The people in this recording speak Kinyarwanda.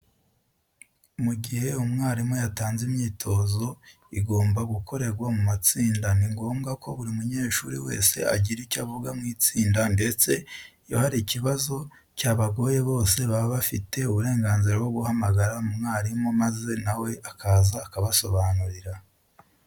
Mu gihe umwarimu yatanze imyitozo igomba gukorerwa mu matsinda ni ngombwa ko buri munyeshuri wese agira icyo avuga mu itsinda ndetse iyo hari ikibazo cyabagoye bose baba bafite uburenganzira bwo guhamagara umwarimu maze na we akaza akabasobanurira.